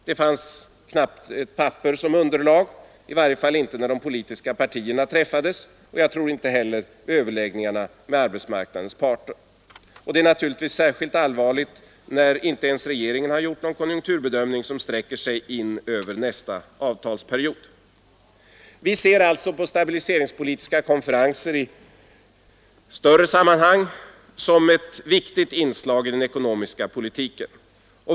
Det fanns knappt ett papper som underlag, i varje fall inte när de politiska partierna träffades, och jag tror inte heller vid överläggningarna med arbetsmarknadens parter. Det är naturligtvis särskilt allvarligt när inte ens regeringen har gjort någon konjunkturbedömning som sträcker sig in över nästa avtalsperiod. Vi ser alltså på stabiliseringspolitiska konferenser i större sammanhang som ett viktigt inslag i den ekonomiska politiken.